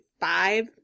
five